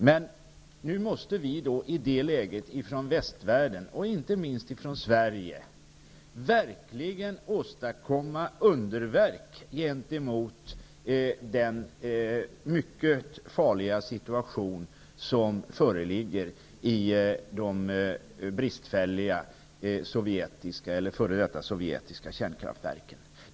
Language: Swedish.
Men nu måste vi i västvärlden, och inte minst Sverige, verkligen åstadkomma underverk när det gäller den mycket farliga situation som föreligger i de bristfälliga f.d. sovjetiska kärnkraftverken.